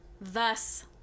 Thus